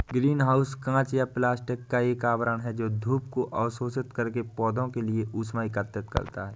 green house कांच या plastic का एक आवरण है जो धूप को अवशोषित करके पौधों के लिए ऊष्मा एकत्रित करता है